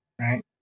right